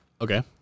Okay